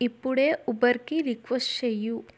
ఇప్పుడే ఊబర్కి రిక్వెస్ట్ చెయ్యి